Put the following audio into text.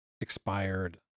expired